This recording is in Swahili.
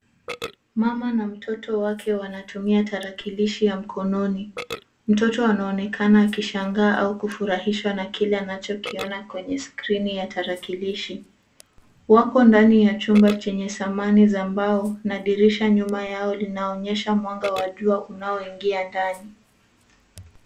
Mama na mtoto wake wanatumia tarakilishi ya mkononi. Mtoto anaonekana akishangaa au kufurahishwa na kile anachokiona kwenye skrini ya tarakilishi. Wako ndani ya chumba chenye samani za mbao na dirisha nyuma yao linaonyesha mwanga wa jua unaoingia ndani.